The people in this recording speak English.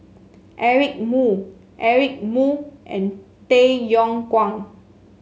Eric Moo Eric Moo and Tay Yong Kwang